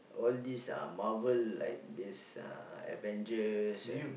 all these uh marvel like these uh avengers and